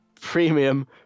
premium